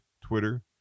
Twitter